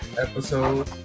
episode